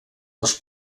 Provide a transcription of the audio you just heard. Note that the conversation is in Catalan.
els